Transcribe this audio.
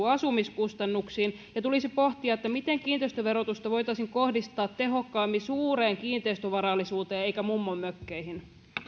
asumiskustannuksiin ja tulisi pohtia miten kiinteistöverotusta voitaisiin kohdistaa tehokkaammin suureen kiinteistövarallisuuteen eikä mummonmökkeihin